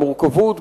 המורכבות,